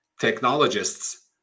technologists